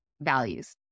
values